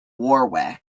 warwick